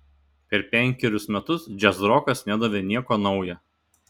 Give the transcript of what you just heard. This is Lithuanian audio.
per penkerius metus džiazrokas nedavė nieko nauja